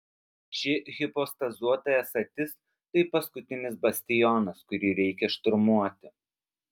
ši hipostazuota esatis tai paskutinis bastionas kurį reikia šturmuoti